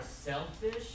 selfish